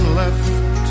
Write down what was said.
left